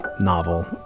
novel